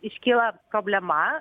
iškyla problema